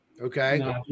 Okay